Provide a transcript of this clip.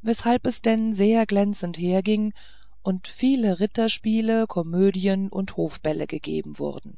weshalb es denn sehr glänzend herging und viele ritterspiele komödien und hofbälle gegeben wurden